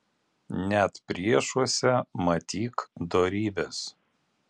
net priešuose matyk dorybes